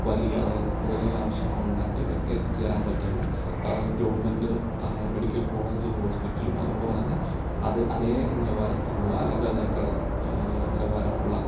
വലിയ അതായത് നമുക്ക് വലിയ ആവശ്യങ്ങളൊണ്ടെങ്കിൽ എത്തിച്ചേരാൻ പറ്റുന്ന ഗവൺമെന്റ് മെഡിക്കൽ കോളേജ് ഹോസ്പിറ്റലും അതുപോലെതന്നെ അത് അതേ നിലവാരത്തിലുള്ള അല്ലെങ്കിൽ അതിനേക്കാൾ നിലവാരം ഉള്ള